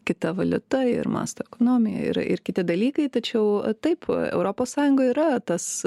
kita valiuta ir masto ekonomija ir ir kiti dalykai tačiau taip europos sąjungoj yra tas